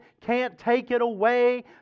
can't-take-it-away